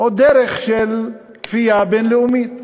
או בדרך של כפייה בין-לאומית.